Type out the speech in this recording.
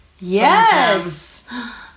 yes